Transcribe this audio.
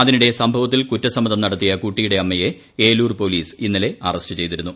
അതിനിടെ സംഭവത്തിൽ കുറ്റസമ്മതം നടത്തിയ കുട്ടിയുടെ അമ്മയെ ഏലൂർ പോലീസ് ഇന്നലെ അറസ്റ്റ് ചെയ്തിരുന്നു